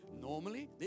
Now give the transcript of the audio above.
normally